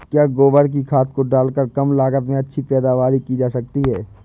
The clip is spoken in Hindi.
क्या गोबर की खाद को डालकर कम लागत में अच्छी पैदावारी की जा सकती है?